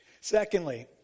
Secondly